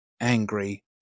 angry